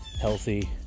healthy